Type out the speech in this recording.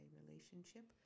relationship